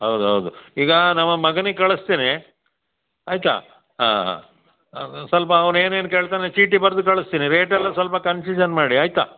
ಹೌದೌದು ಈಗ ನಮ್ಮ ಮಗನಿಗೆ ಕಳಿಸ್ತೀನಿ ಆಯಿತಾ ಹಾಂ ಹಾಂ ಸ್ವಲ್ಪ ಅವ್ನ ಏನೇನು ಕೇಳ್ತಾನಾ ಚೀಟಿ ಬರ್ದು ಕಳಿಸ್ತೀನಿ ರೇಟ್ ಎಲ್ಲ ಸ್ವಲ್ಪ ಕನ್ಫ್ಯೂಷನ್ ಮಾಡಿ ಆಯಿತಾ